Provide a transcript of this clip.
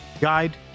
guide